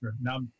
Now